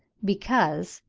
because,